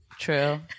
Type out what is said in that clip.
True